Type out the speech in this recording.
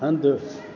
हंधि